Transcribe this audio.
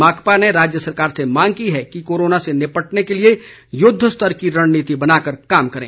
माकपा ने राज्य सरकार से मांग की है कि कोरोना से निपटने के लिए युद्ध स्तर की रणनीति बनाकर काम करें